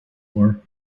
war